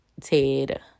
Ted